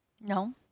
No